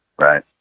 Right